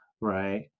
right